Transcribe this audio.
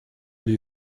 для